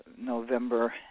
November